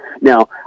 Now